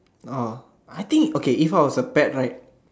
oh I think okay if I was a pet right